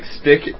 stick